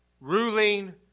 ruling